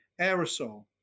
aerosol